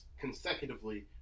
consecutively